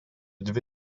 dvi